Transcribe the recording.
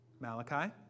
Malachi